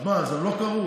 אז מה, הם לא קראו?